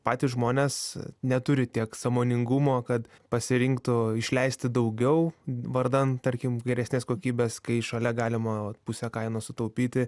patys žmonės neturi tiek sąmoningumo kad pasirinktų išleisti daugiau vardan tarkim geresnės kokybės kai šalia galima va pusę kainos sutaupyti